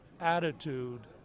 attitude